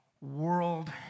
world